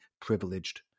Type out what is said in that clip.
privileged